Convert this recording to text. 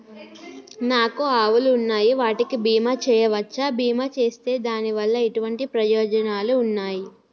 నాకు ఆవులు ఉన్నాయి వాటికి బీమా చెయ్యవచ్చా? బీమా చేస్తే దాని వల్ల ఎటువంటి ప్రయోజనాలు ఉన్నాయి?